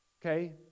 Okay